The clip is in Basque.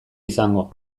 izango